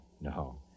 no